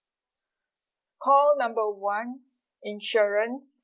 call number one insurance